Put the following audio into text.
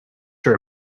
sure